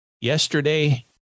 yesterday